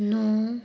ਨੌਂ